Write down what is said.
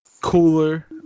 cooler